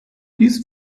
dies